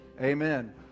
Amen